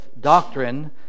doctrine